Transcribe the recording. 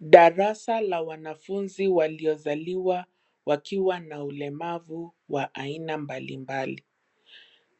Darasa la wanafunzi waliozaliwa, wakiwa na ulemavu wa aina mbalimbali.